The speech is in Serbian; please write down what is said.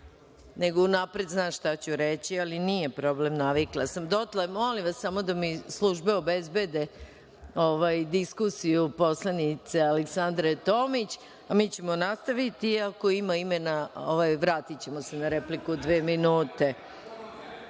nego unapred zna šta ću reći, ali nije problem, navikla sam. Dotle, molim vas samo da mi službe obezbede diskusiju poslanice Aleksandre Tomić, a mi ćemo nastaviti. Ako ima imena, vratićemo se na repliku dve minute. Reč